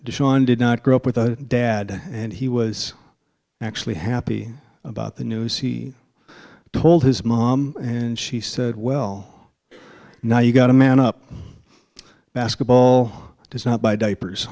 sean did not grow up with a dad and he was actually happy about the news he told his mom and she said well now you got to man up basketball does not buy diapers